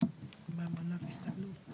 מה עם מענק הסתגלות?